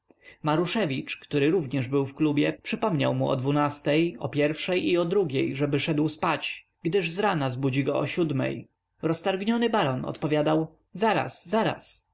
maruszewicz który również był w klubie przypominał mu o dwunastej o pierwszej i o drugiej ażeby szedł spać gdyż zrana zbudzi go o siódmej roztargniony baron odpowiadał zaraz zaraz